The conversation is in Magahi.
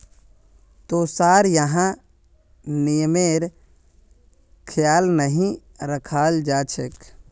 तोसार यहाँ नियमेर ख्याल नहीं रखाल जा छेक